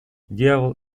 дьявол